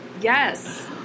Yes